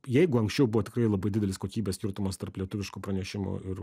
jeigu anksčiau buvo tikrai labai didelis kokybės skirtumas tarp lietuviškų pranešimų ir